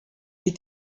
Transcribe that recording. est